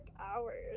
hours